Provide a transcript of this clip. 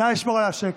נא לשמור על השקט.